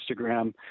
instagram